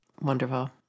Wonderful